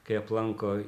kai aplanko